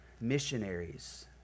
missionaries